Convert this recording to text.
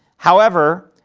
however,